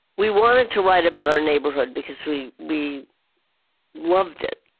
we wanted to write about our neighborhood because we we loved it.